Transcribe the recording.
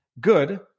Good